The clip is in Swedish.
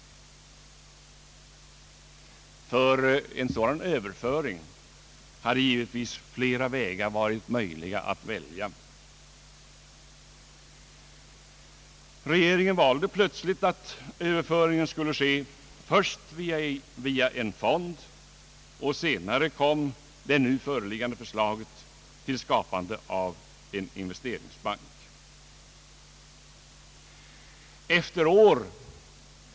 För en sådan överföring hade givetvis flera vägar varit möjliga att välja. Regeringen valde plötsligt att överföringen skulle ske först via en fond, och senare kom det nu föreliggande förslaget om skapandet av en investeringsbank.